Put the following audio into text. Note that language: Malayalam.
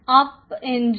up engine